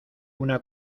una